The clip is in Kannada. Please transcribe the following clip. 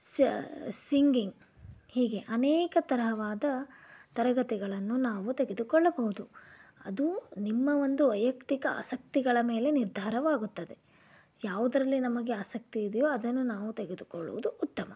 ಸಿಂಗಿಂಗ್ ಹೀಗೆ ಅನೇಕ ತರಹವಾದ ತರಗತಿಗಳನ್ನು ನಾವು ತೆಗೆದುಕೊಳ್ಳಬಹುದು ಅದು ನಿಮ್ಮ ಒಂದು ವೈಯಕ್ತಿಕ ಆಸಕ್ತಿಗಳ ಮೇಲೆ ನಿರ್ಧಾರವಾಗುತ್ತದೆ ಯಾವುದರಲ್ಲಿ ನಮಗೆ ಆಸಕ್ತಿ ಇದೆಯೋ ಅದನ್ನು ನಾವು ತೆಗೆದುಕೊಳ್ಳುವುದು ಉತ್ತಮ